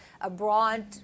abroad